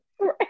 Right